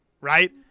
right